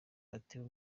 atewe